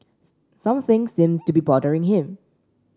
something seems to be bothering him